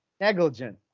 Negligent